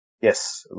Yes